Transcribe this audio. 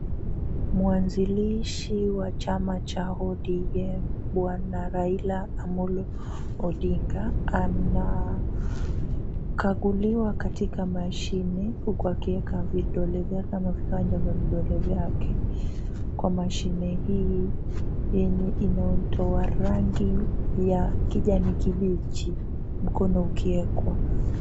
Mwanzilishi wa chama cha ODM, Bwana Raila Amollo Odinga, anakaguliwa katika mashine huku akiweka vidole vyake ama viganja vya vidole vyake kwa mashine hii yenye inayotoa rangi ya kijani kibichi mkono ukiwekwa.